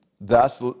thus